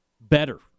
better